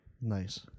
Nice